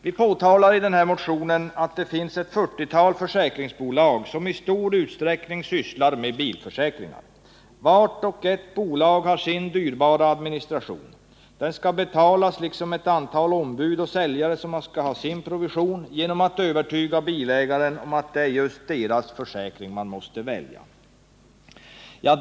Vi framhåller i motionen att det nu finns ett 40-tal försäkringsbolag som i stor utsträckning sysslar med bilförsäkringar. Vart och ett bolag har sin dyrbara administration. Den skall betalas liksom ett antal ombud och säljare, som skall ha sin provision, genom att bilägaren skall övertygas om att det är just deras försäkring han måste välja.